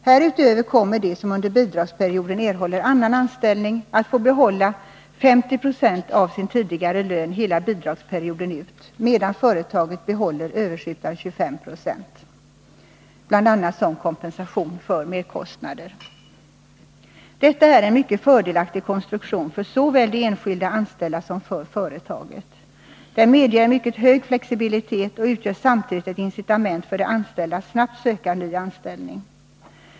Härutöver kommer de som under bidragsperioden erhåller annan anställning att få behålla 50 26 av sin tidigare lön hela bidragsperioden ut, medan företaget behåller överskjutande 25 26, bl.a. som kompensation för merkostnader. Detta är en mycket fördelaktig konstruktion för såväl de enskilda anställda som för företaget. Den medger en mycket hög flexibilitet och utgör samtidigt ett incitament för de anställda att snabbt söka ny anställning.